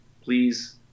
please